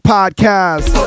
Podcast